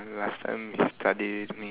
last time he study with me